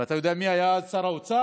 ואתה יודע מי היה אז שר האוצר?